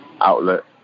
outlet